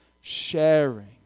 sharing